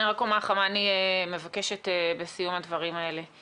אני אומר לך מה אני מבקשת בסיום הדברים האלה.